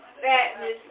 fatness